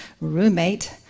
roommate